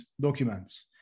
documents